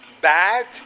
bad